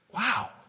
wow